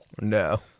no